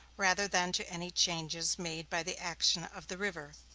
rather than to any changes made by the action of the river.